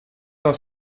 dans